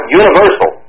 universal